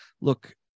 look